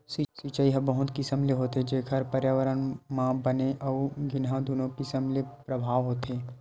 सिचई ह बहुत किसम ले होथे जेखर परयाबरन म बने अउ गिनहा दुनो किसम ले परभाव होथे